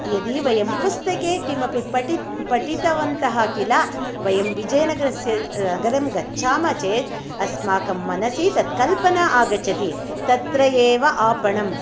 यदि वयं पुस्तके किमपि पठितवन्तः किल वयं विजयनगरस्य गच्छामः चेत् अस्माकं मनसि तत् कल्पना आगच्छति तत्र एव आपणं